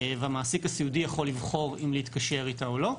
והמעסיק הסיעודי יכול לבחור אם להתקשר אתה או לא.